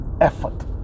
effort